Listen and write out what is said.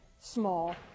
small